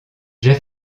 j’ai